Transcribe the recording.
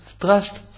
trust